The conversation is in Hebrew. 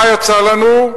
ומה יצא לנו?